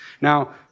Now